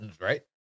right